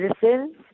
Citizens